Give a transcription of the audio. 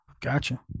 Gotcha